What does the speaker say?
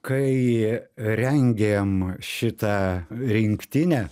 kai rengėm šitą rinktinę